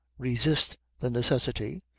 resist the necessity,